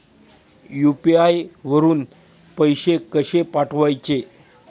UPI वरून पैसे कसे पाठवायचे?